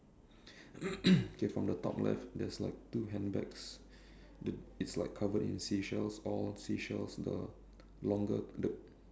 okay from the top left there's like two handbags the it's like covered in seashells all seashells the longer the